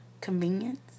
convenience